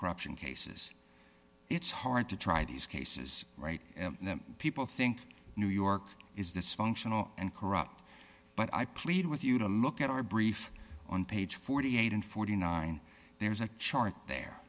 corruption cases it's hard to try these cases right people think new york is dysfunctional and corrupt but i plead with you to look at our brief on page forty eight and forty nine and there was a chart there